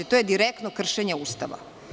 To je direktno kršenje Ustava.